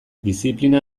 diziplina